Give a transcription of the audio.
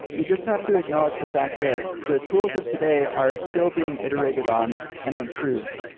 you just have to acknowledge the fact that the tools of today are still being iterated on and improved.